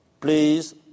please